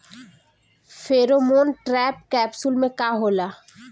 Pheromone trap capsule में का होला?